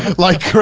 like chris.